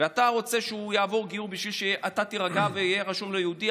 אתה רוצה שהוא יעבור גיור בשביל שאתה תירגע ויהיה רשום שהוא יהודי,